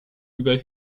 über